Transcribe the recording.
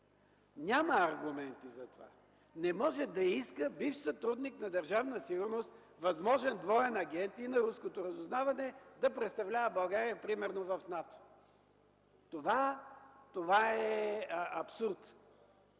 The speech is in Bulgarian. Няма аргументи за това! Не може да иска бивш сътрудник на Държавна сигурност, възможен двоен агент и на руското разузнаване, да представлява България примерно в НАТО. Това е абсурд!